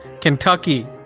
kentucky